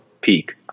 peak